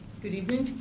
good evening.